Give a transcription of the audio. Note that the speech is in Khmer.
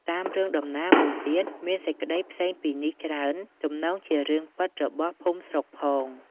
តាមរឿងដំណាលមួយទៀត មានសេចក្ដីផ្សេងពីនេះច្រើន ទំនងជារឿងពិតរបស់ភូមិស្រុកផង។